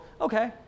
okay